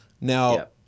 Now